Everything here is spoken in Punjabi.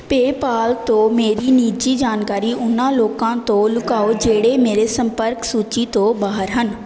ਪੇਪਾਲ ਤੋਂ ਮੇਰੀ ਨਿੱਜੀ ਜਾਣਕਾਰੀ ਉਹਨਾਂ ਲੋਕਾਂ ਤੋਂ ਲੁਕਾਓ ਜਿਹੜੇ ਮੇਰੇ ਸੰਪਰਕ ਸੂਚੀ ਤੋਂ ਬਾਹਰ ਹਨ